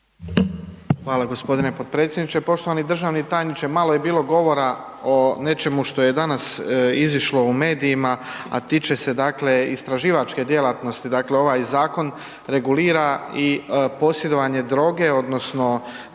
Hvala g. potpredsjedniče. Poštovani državni tajniče, malo je bilo govora o nečemu što je danas izišlo u medijima, a tiče se, dakle, istraživačke djelatnosti, dakle, ovaj zakon regulira i posjedovanje droge odnosno